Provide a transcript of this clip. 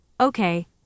Okay